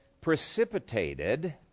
precipitated